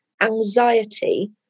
anxiety